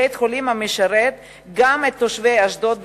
בית-חולים המשרת גם את תושבי אשדוד.